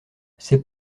c’est